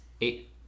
eight